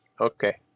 Okay